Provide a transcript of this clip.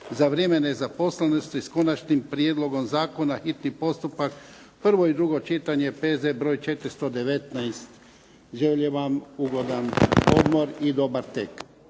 za vrijeme nezaposlenosti, s Konačnim prijedlogom zakona, hitni postupak, prvo i drugo čitanje, P.Z. br. 419. Želim vam ugodan odmor i dobar tek.